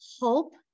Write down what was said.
hope